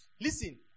Listen